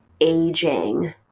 aging